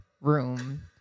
room